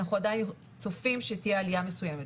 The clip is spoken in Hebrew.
אנחנו עדיין צופים שתהיה עלייה מסוימת.